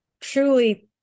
truly